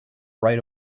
right